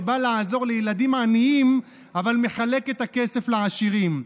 שהוא בא לעזור לילדים עניים אבל מחלק את הכסף לעשירים.